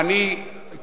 אני באמת לא יודעת.